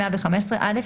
115(א),